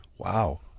Wow